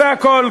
זה הכול.